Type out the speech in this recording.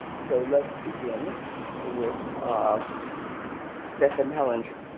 so let's begin with um stephane helleringer.